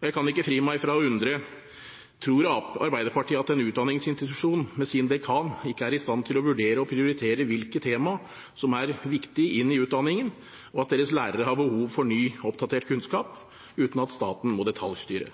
Og jeg kan ikke fri meg fra å undre: Tror Arbeiderpartiet at en utdanningsinstitusjon med sin dekan ikke er i stand til å vurdere og å prioritere hvilke tema som er viktige inn i utdanningen, og om deres lærere har behov for ny, oppdatert kunnskap uten at staten må detaljstyre?